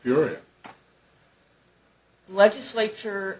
your legislature